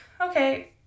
okay